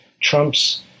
Trump's